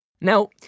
Now